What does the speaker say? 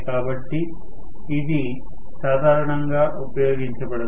కాబట్టి ఇది సాధారణంగా ఉపయోగించబడదు